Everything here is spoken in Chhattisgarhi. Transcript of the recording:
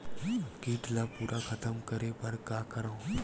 कीट ला पूरा खतम करे बर का करवं?